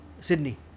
Sydney